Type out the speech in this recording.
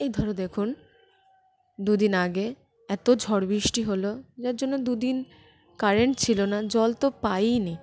এই ধর দেখুন দু দিন আগে এত ঝড় বৃষ্টি হল যার জন্য দুদিন কারেন্ট ছিল না জল তো পাইনি